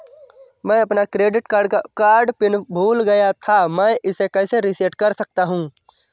मैं अपना credit card pin भूल गया था मैं इसे कैसे रीसेट कर सकता हूँ?